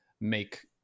make